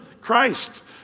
Christ